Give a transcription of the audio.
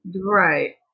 Right